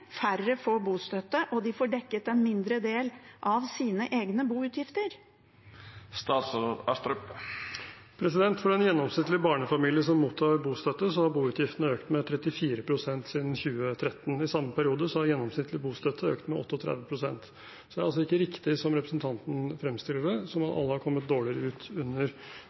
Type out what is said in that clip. færre får bostøtte og de får dekket en mindre del av sine egne boutgifter? For en gjennomsnittlig barnefamilie som mottar bostøtte, har boutgiftene økt med 34 pst. siden 2013. I samme periode har gjennomsnittlig bostøtte økt med 38 pst. Det er altså ikke riktig som representanten fremstiller det, at alle har kommet dårligere ut under